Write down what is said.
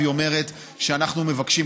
והיא אומרת שאנחנו מבקשים,